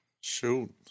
Shoot